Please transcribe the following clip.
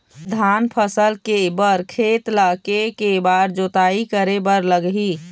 धान फसल के बर खेत ला के के बार जोताई करे बर लगही?